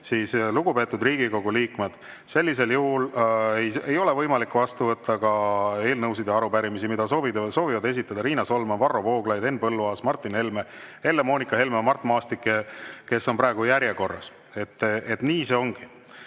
siis, lugupeetud Riigikogu liikmed, ei ole võimalik vastu võtta ka eelnõusid ja arupärimisi, mida soovivad esitada Riina Solman, Varro Vooglaid, Henn Põlluaas, Martin Helme, Helle-Moonika Helme ja Mart Maastik, kes on praegu järjekorras. Nii see ongi.